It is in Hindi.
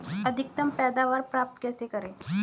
अधिकतम पैदावार प्राप्त कैसे करें?